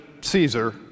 Caesar